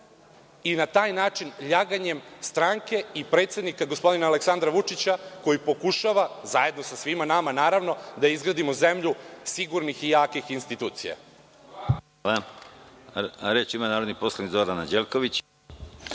i na taj način ljaganjem stranke i predsednika gospodina Aleksandra Vučića koji pokušava, zajedno sa svima nama naravno, da izgradimo zemlju sigurnih i jakih institucija.